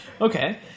Okay